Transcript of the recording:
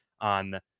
on